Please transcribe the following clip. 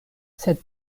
sed